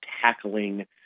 tackling